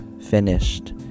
finished